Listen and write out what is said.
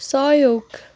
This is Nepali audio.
सहयोग